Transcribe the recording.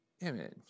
image